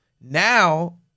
now